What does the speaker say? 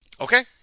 Okay